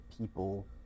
people